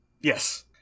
Yes